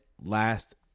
last